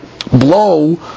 blow